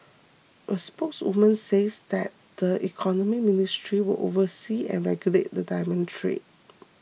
a spokeswoman says that the Economy Ministry will oversee and regulate the diamond trade